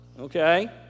Okay